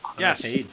Yes